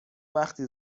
وقتی